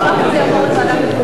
אני אשמח אם זה יעבור לוועדת הכנסת.